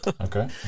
Okay